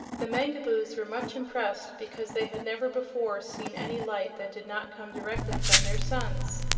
the mangaboos were much impressed because they had never before seen any light that did not come directly from their suns.